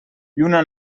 lluna